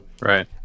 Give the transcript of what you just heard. right